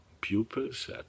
pupils